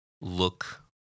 look